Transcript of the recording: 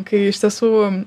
kai iš tiesų